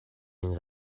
این